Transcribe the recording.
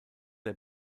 der